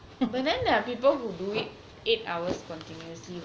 but then there are people that do it eight hours continously what